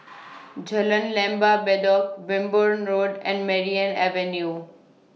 Jalan Lembah Bedok Wimborne Road and Merryn Avenue